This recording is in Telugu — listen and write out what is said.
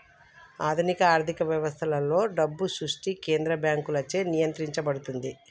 ఆధునిక ఆర్థిక వ్యవస్థలలో, డబ్బు సృష్టి కేంద్ర బ్యాంకులచే నియంత్రించబడుతుంది